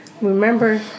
remember